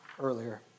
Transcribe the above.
earlier